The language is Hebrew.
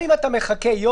אתה רוצה לקחת --- רגע,